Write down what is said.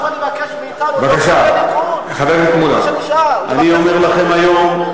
אני אומר לכם היום,